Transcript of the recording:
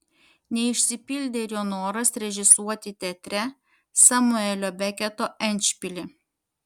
neišsipildė ir jo noras režisuoti teatre samuelio beketo endšpilį